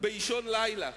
באישון לילה.